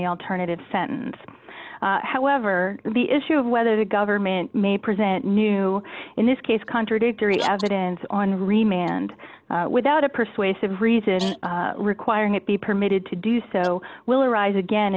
the alternative sentence however the issue of whether the government may present knew in this case contradictory evidence on re mand without a persuasive reason requiring it be permitted to do so will arise again